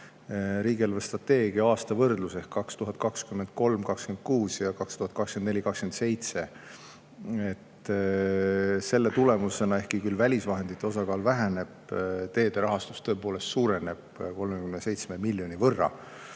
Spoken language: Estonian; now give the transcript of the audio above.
riigi eelarvestrateegia aasta võrdlus ehk 2023–2026 ja 2024–2027. Selle tulemusena, ehkki välisvahendite osakaal küll väheneb, teede rahastus tõepoolest suureneb 37 miljoni võrra.